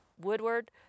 woodward